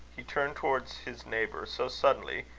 he turned towards his neighbour so suddenly,